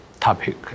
topic